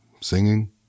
singing